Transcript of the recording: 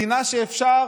מדינה שבה אפשר